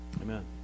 Amen